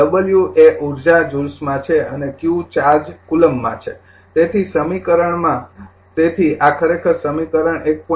w એ ઉર્જા જુલ્સમાં છે અને qચાર્જ કુલમ્બમાં છે તેથી સમીકરણમાં તેથી આ ખરેખર સમીકરણ ૧